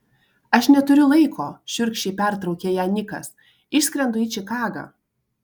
aš neturiu laiko šiurkščiai pertraukė ją nikas išskrendu į čikagą